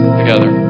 together